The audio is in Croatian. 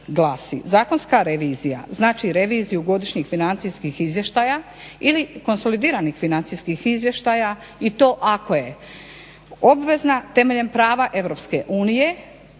zakonska revizija znači reviziju godišnjih financijskih izvještaja ili konsolidiranih financijskih izvještaja i to ako je obvezna temeljem prava